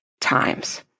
times